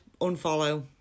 unfollow